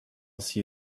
see